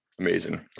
Amazing